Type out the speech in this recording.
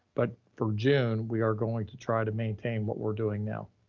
but for june, we are going to try to maintain what we're doing now.